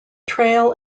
trail